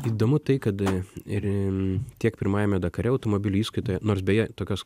įdomu tai kad ir tiek pirmajame dakaro automobilių įskaitoje nors beje tokios